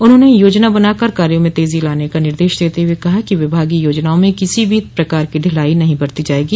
उन्होंने योजना बनाकर कार्यो में तेजी लाने का निर्देश देते हुए कहा कि विभागीय योजनाओं में किसी भी प्रकार की ढिलाई नहीं बरती जायेगी